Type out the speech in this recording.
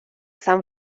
san